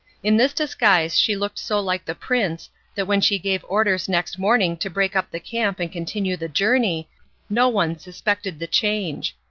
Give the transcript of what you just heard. in this disguise she looked so like the prince that when she gave orders next morning to break up the camp and continue the journey no one suspected the change.